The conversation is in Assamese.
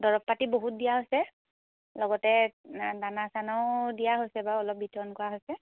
দৰৱ পাতি বহুত দিয়া হৈছে লগতে দানা চানাও দিয়া হৈছে বাৰু অলপ বিতৰণ কৰা হৈছে